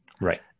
Right